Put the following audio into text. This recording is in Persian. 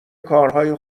کارهای